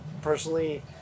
personally